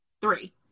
Three